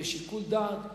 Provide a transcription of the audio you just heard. יהיה שיקול-דעת,